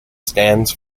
stands